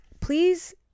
please